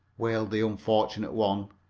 wailed the unfortunate one.